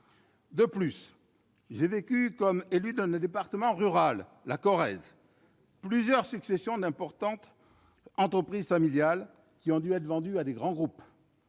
actions. J'ai vécu comme élu d'un département rural, la Corrèze, plusieurs successions d'importantes entreprises familiales qui ont dû être vendues à de grands groupes.